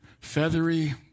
feathery